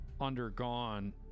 undergone